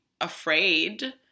afraid